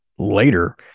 later